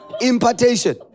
Impartation